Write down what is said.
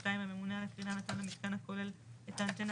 (2) הממונה על הקרינה נתן למיתקן הכולל את האנטנה